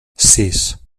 sis